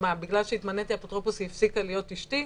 בגלל שהתמניתי אפוטרופוס היא הפסיקה להיות אישתי?